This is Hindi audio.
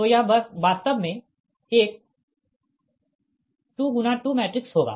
तो यह वास्तव में एक 2 2 मैट्रिक्स होगा